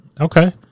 Okay